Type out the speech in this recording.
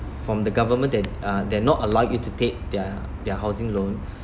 from the government they uh they not allow you to take their their housing loan